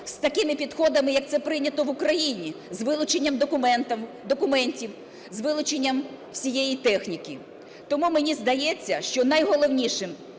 з такими підходами, як це прийнято в Україні, – з вилученням документів, з вилученням усієї техніки. Тому мені здається, що найголовніше,